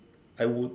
I would